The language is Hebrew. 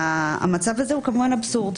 והמצב הזה הוא כמובן אבסורד.